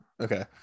Okay